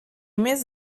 més